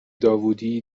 داوودی